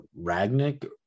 Ragnick